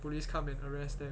police come and arrest them